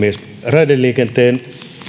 raideliikenteen